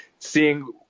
Seeing